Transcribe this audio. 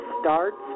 starts